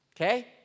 Okay